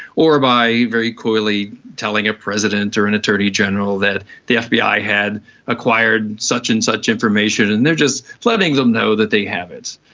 or by very coyly telling a president or an attorney general that the fbi had acquired such and such information and they are just letting them know that they have it.